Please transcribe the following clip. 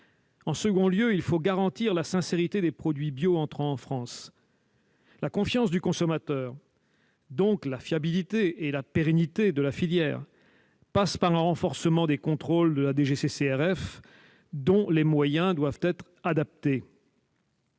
En second lieu, il faut garantir la sincérité des produits bio entrant en France. La confiance du consommateur, donc la fiabilité et la pérennité de la filière, passe par un renforcement des contrôles de la DGCCRF, dont les moyens doivent être adaptés.